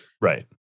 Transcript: Right